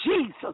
Jesus